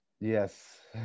Yes